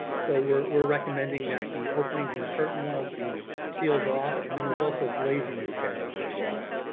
so we're recommending that the openings and the curtain walls be sealed off, and then there's also glazing repairs as well.